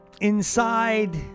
Inside